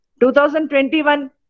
2021